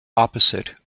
opposite